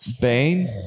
Bane